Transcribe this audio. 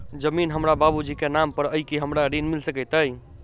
जमीन हमरा बाबूजी केँ नाम पर अई की हमरा ऋण मिल सकैत अई?